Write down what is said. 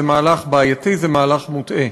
זה מהלך בעייתי, זה מהלך מוטעה.